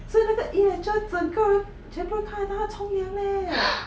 so 那个 e-lecture 整个人全部人都看到他冲凉 leh